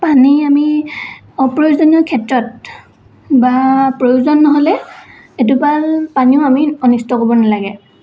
পানী আমি অপ্ৰয়োজনীয় ক্ষেত্ৰত বা প্ৰয়োজন নহ'লে এটোপাল পানীও আমি অনিষ্ট কৰিব নালাগে